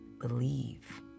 believe